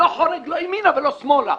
לא חורג לא ימינה ולא שמאלה.